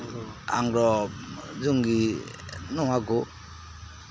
ᱟᱝᱨᱚᱯ ᱞᱩᱝᱜᱤ ᱱᱚᱣᱟ ᱠᱚ